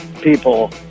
people